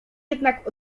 jednak